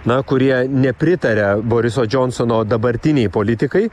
na kurie nepritaria boriso džonsono dabartinei politikai